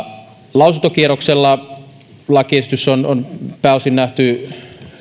lausuntokierroksella lakiesitys on on pääosin nähty